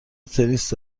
تنیس